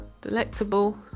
delectable